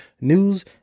news